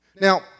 Now